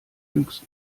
jüngst